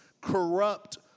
corrupt